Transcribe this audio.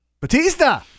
Batista